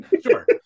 Sure